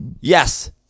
Yes